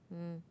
mm